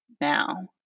now